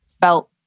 felt